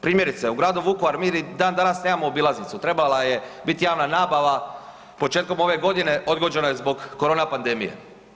Primjerice, u gradu Vukovaru, mi i dandanas nemamo obilaznicu, trebala je biti javna nabava početkom ove godine, odgođena je zbog korona pandemije.